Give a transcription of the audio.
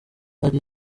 ari